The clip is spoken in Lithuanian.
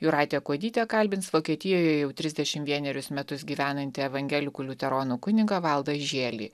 jūratė kuodytė kalbins vokietijoje jau trisdešimt vienerius metus gyvenantį evangelikų liuteronų kunigą valdą žėlį